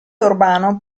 urbano